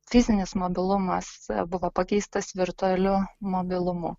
fizinis mobilumas buvo pakeistas virtualiu mobilumu